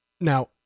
now